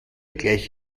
gleich